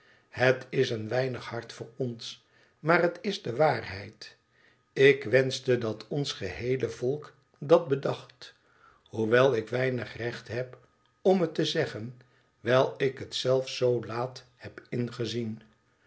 het is een weinig hard voor ons maar het is de waarheid ik wenschte dat ons geheele volk dat bedacht hoewel ik weinig recht heb om het te zeggen wijl ik het zelf zoo laat heb ingezien